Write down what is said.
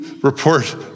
report